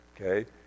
Okay